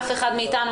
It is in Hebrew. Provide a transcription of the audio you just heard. אף אחד מאיתנו,